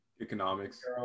economics